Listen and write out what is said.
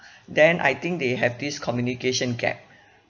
then I think they have this communication gap